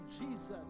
Jesus